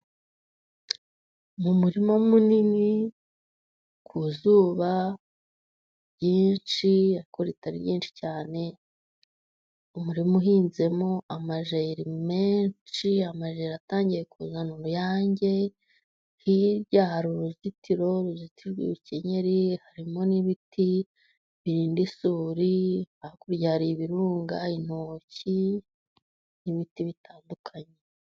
Mu murima munini ku zuba ryinshi ariko ritari ryinshi cyane. Umurima uhinzemo amajeri menshi, amajeri atangiye kuzana uruyange. Hirya hari uruzitiro ruzitijwe ibikenyeri, harimo n'ibiti birinda isuri, hakurya hari ibirunga, intoki n'ibiti bitandukanye.